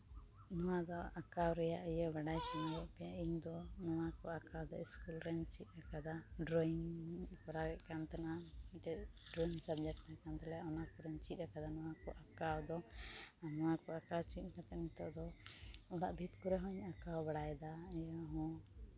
ᱱᱚᱣᱟ ᱫᱚ ᱟᱸᱠᱟᱣ ᱨᱮᱭᱟᱜ ᱤᱭᱟᱹ ᱵᱟᱰᱟᱭ ᱥᱟᱱᱟᱭᱮᱜ ᱯᱮᱭᱟ ᱤᱧᱫᱚ ᱱᱚᱣᱟᱠᱚ ᱟᱸᱠᱟᱣ ᱫᱚ ᱥᱠᱩᱞ ᱨᱮᱧ ᱪᱮᱫ ᱠᱟᱫᱟ ᱰᱨᱚᱭᱤᱝ ᱤᱧ ᱠᱚᱨᱟᱣ ᱮᱫ ᱠᱟᱱ ᱛᱟᱦᱮᱱᱟ ᱢᱤᱫᱴᱮᱱ ᱰᱨᱚᱭᱤᱝ ᱥᱟᱵᱽᱡᱮᱠᱴ ᱛᱟᱦᱮᱸ ᱠᱟᱱ ᱛᱟᱞᱮᱭᱟ ᱚᱱᱟ ᱠᱚᱨᱮᱧ ᱪᱮᱫ ᱠᱟᱫᱟ ᱱᱚᱣᱟ ᱠᱚ ᱟᱸᱠᱟᱣ ᱫᱚ ᱱᱚᱣᱟ ᱠᱚ ᱟᱸᱠᱟᱣ ᱪᱮᱫ ᱠᱟᱛᱮ ᱱᱤᱛᱚᱜ ᱫᱚ ᱚᱲᱟᱜ ᱵᱷᱤᱛ ᱠᱚᱨᱮ ᱦᱚᱸᱧ ᱟᱸᱠᱟᱣ ᱵᱟᱲᱟᱭᱮᱫᱟ ᱤᱭᱟᱹ ᱦᱚᱸ